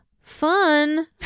fun